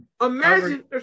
Imagine